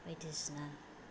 बायदिसिना